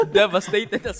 devastated